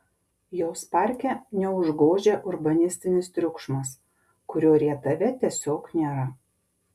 jos parke neužgožia urbanistinis triukšmas kurio rietave tiesiog nėra